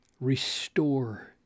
restore